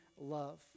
love